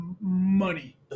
money